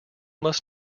must